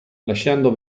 lasciando